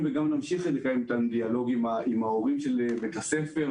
ונמשיך לקיים דיאלוג עם הורי בית הספר,